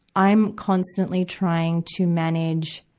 i'm constantly trying to manage,